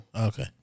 Okay